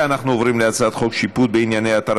אנחנו עוברים להצעת חוק שיפוט בענייני התרת